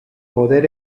poder